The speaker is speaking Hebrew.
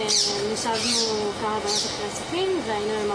היא ואני הנחנו ביחד סטודנטיות בנושא של סקר תצפיות בחנויות.